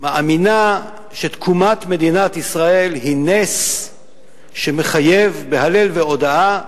מאמינה שתקומת מדינת ישראל היא נס שמחייב בהלל והודיה,